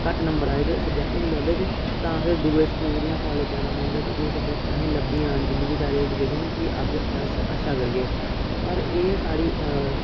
घट्ट नंबर आए ते सबजैक्ट गै नी लभदे तां फिर दुए स्कूल जां कालेज जाना पौंदा कि एह् सबजैक्ट अहें गी लब्भी जान जिन्ने बी साढ़ी ऐजुकेशन ऐ कि अग्गें अस अच्छा करगे पर एह् साढ़ी